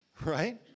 right